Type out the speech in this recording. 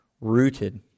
rooted